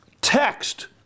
text